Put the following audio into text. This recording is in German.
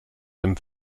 dem